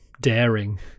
daring